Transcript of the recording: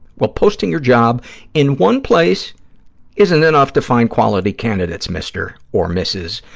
well, posting your job in one place isn't enough to find quality candidates, mister or missus.